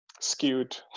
skewed